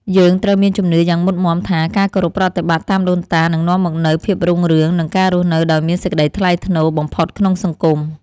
យើងត្រូវមានជំនឿយ៉ាងមុតមាំថា ការគោរពប្រតិបត្តិតាមដូនតានឹងនាំមកនូវភាពរុងរឿង និងការរស់នៅដោយមានសេចក្តីថ្លៃថ្នូរបំផុតក្នុងសង្គម។